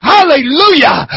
Hallelujah